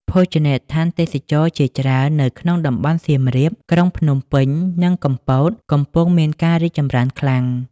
ភោជនីយដ្ឋានទេសចរណ៍ជាច្រើននៅក្នុងតំបន់សៀមរាប ក្រុងភ្នំពេញ និង កំពតកំពុងមានការរីកចម្រើនខ្លាំង។